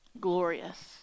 Glorious